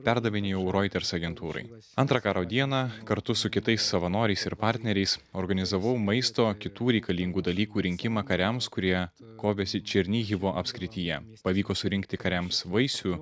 perdavinėjau roiters agentūrai antrą karo dieną kartu su kitais savanoriais ir partneriais organizavau maisto kitų reikalingų dalykų rinkimą kariams kurie kovėsi černyhivo apskrityje pavyko surinkti kariams vaisių